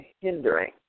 hindering